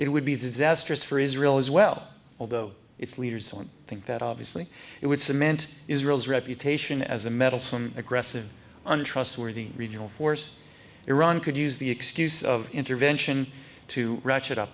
it would be disastrous for israel as well although its leaders on think that obviously it would cement israel's reputation as a meddlesome aggressive untrustworthy regional force iran could use the excuse of intervention to ratchet up